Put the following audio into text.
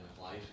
life